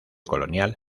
colonial